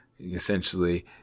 Essentially